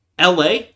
LA